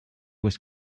was